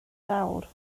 lawr